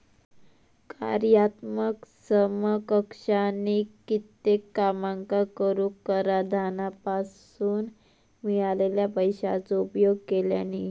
कार्यात्मक समकक्षानी कित्येक कामांका करूक कराधानासून मिळालेल्या पैशाचो उपयोग केल्यानी